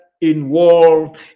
involved